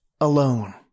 alone